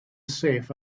safe